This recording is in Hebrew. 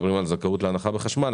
מדברים על זכאות להנחה בחשמל,